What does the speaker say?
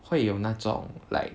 会有那种 like